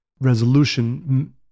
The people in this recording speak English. resolution